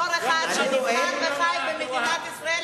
בתור אחד שנבחר וחי במדינת ישראל,